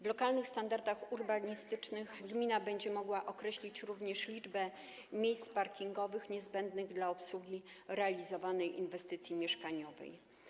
W lokalnych standardach urbanistycznych gmina będzie mogła określić również liczbę miejsc parkingowych niezbędnych do obsługi realizowanej inwestycji mieszkaniowej.